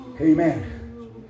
amen